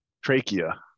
Trachea